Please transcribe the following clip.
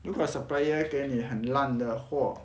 如果 supplier 给你很烂的货